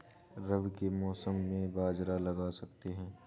रवि के मौसम में बाजरा लगा सकते हैं?